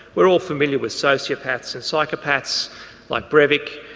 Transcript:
we are all familiar with sociopaths and psychopaths like brevic,